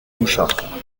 mouchard